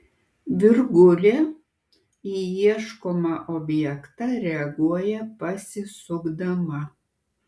virgulė į ieškomą objektą reaguoja pasisukdama